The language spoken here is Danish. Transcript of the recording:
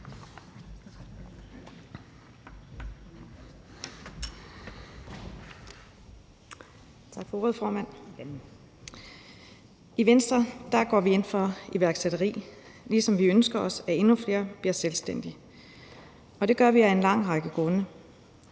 I Venstre går vi ind for iværksætteri, ligesom vi ønsker, at endnu flere bliver selvstændige, og det gør vi af en lang række grunde: